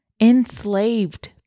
enslaved